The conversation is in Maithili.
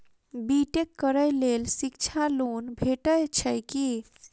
बी टेक करै लेल शिक्षा लोन भेटय छै की?